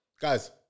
guys